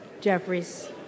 Jeffries